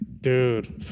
Dude